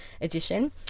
edition